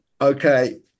Okay